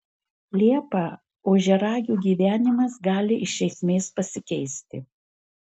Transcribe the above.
liepą ožiaragių gyvenimas gali iš esmės pasikeisti